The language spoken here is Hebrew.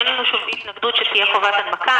אין לנו שום התנגדות שתהיה חובת הנמקה.